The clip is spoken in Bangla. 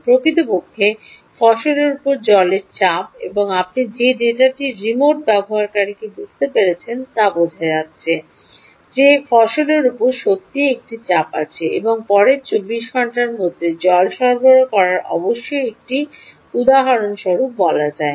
প্রকৃতপক্ষে ফসলের উপর জলের চাপ এবং আপনি যে ডেটাটি রিমোট ব্যবহারকারী বুঝতে পেরেছেন তা বোঝা যাচ্ছে যে ফসলের উপর সত্যই একটি চাপ আছে এবং পরের 24 ঘন্টার মধ্যে জল সরবরাহ করা অবশ্যই একটি উদাহরণস্বরূপ বলা যাক